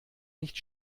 nicht